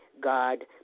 God